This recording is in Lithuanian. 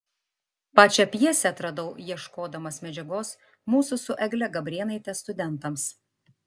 pačią pjesę atradau ieškodamas medžiagos mūsų su egle gabrėnaite studentams